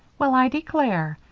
well, i declare!